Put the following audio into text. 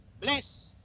bless